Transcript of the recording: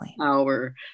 power